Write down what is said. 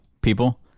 people